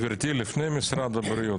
גברתי לפני משרד הבריאות,